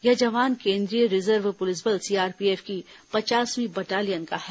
यह जवान केन्द्रीय रिजर्व पुलिस बल सीआरपीएफ की पचासवीं बटालियन का है